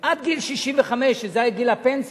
עד גיל 65, שזה היה גיל הפנסיה,